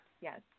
Yes